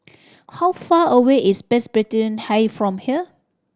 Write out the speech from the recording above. how far away is Presbyterian High from here